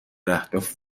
اهداف